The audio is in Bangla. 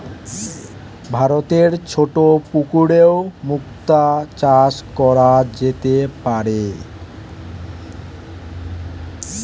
ভারতে ছোট পুকুরেও মুক্তা চাষ কোরা যেতে পারে